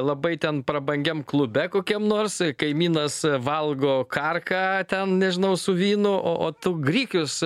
labai ten prabangiam klube kokiam nors kaimynas valgo karką ten nežinau su vynu o tu grikius